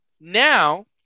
Now